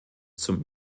zum